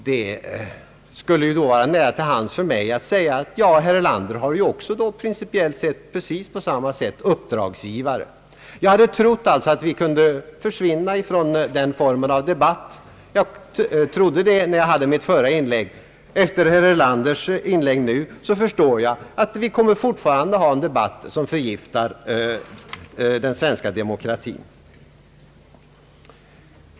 Det skulle då vara nära till hands för mig att säga: Ja, då har ju herr Erlander principiellt sett uppdragsgivare på precis samma sätt. Jag hade trott att vi kunde lämna den formen av debatt, men efter herr Erlanders inlägg nu förstår jag att vi fortfarande kommer att ha en debatt som förgiftar den svenska demokratin.